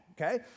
okay